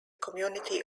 community